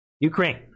Ukraine